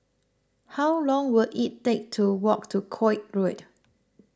how long will it take to walk to Koek Road